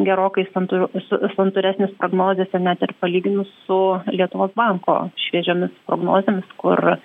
gerokai santūriau su santūresnis prognozėse net ir palyginus su lietuvos banko šviežiomis prognozėmis kur